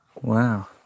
wow